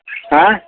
आँय